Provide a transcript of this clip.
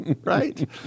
right